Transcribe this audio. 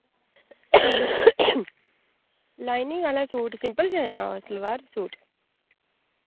lining आह्ला suit simple च हां सलवार सूट